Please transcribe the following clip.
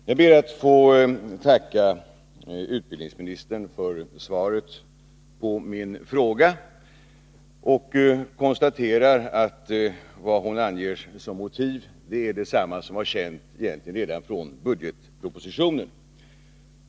Herr talman! Jag ber att få tacka utbildningsministern för svaret på min fråga. Det hon anger som motiv är egentligen vad som redan är känt från budgetpropositionen.